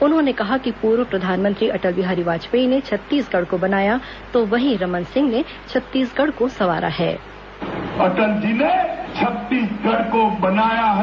उन्होंने कहा कि पूर्व प्रधानमंत्री अटल बिहारी वाजपेयी ने छत्तीसगढ़ को बनाया तो वहीं रमन सिंह ने छत्तीसगढ़ को संवारा है